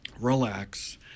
relax